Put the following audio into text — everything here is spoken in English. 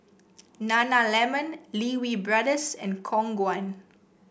Nana lemon Lee Wee Brothers and Khong Guan